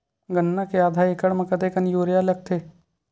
गन्ना के आधा एकड़ म कतेकन यूरिया लगथे?